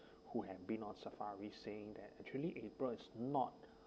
who have been on safari saying that actually april is not